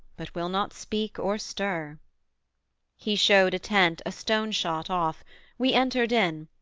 but will not speak, or stir he showed a tent a stone-shot off we entered in,